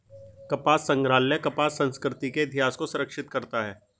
कपास संग्रहालय कपास संस्कृति के इतिहास को संरक्षित करता है